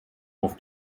auf